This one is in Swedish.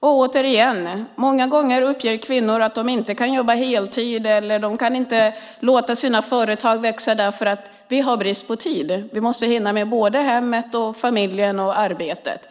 Återigen: Många gånger uppger kvinnor att de inte kan jobba heltid eller inte kan låta sina företag växa därför att de har brist på tid, att de måste hinna med både hemmet och familjen och arbetet.